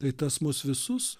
tai tas mus visus